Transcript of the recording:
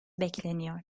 bekleniyor